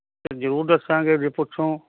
ਤਾਂ ਜ਼ਰੂਰ ਦੱਸਾਂਗੇ ਜੇ ਪੁੱਛੋ